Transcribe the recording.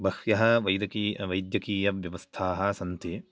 बह्व्य वैद्यकीय वैद्यकीयव्यवस्था सन्ति